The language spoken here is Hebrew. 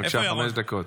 בבקשה, חמש דקות.